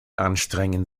anstrengen